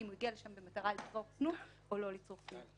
אם הוא הגיע לשם במטרה לצרוך זנות או לא לצרוך זנות.